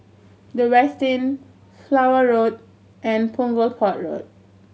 The Westin Flower Road and Punggol Port Road